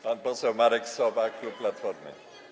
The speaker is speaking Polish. Pan poseł Marek Sowa, klub Platformy.